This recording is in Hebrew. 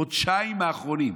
בחודשיים האחרונים.